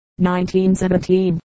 1917